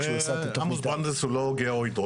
כשהוא עשה את --- עמוס ברנדייס הוא לא גיאו-הידרולוג.